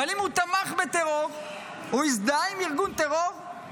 אבל אם הוא תמך בטרור או הזדהה עם ארגון טרור,